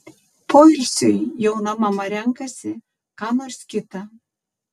poilsiui jauna mama renkasi ką nors kita